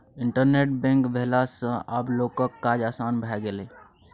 internet bank भेला सँ आब लोकक काज आसान भए गेलै